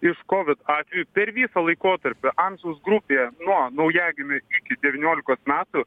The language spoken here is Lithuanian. iš kovid atvejų per laikotarpį amžiaus grupėje nuo naujagimių iki devyniolikos metų